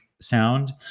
Sound